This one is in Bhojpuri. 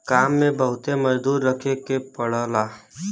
काम में बहुते मजदूर रखे के पड़ला